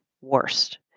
worst